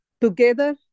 Together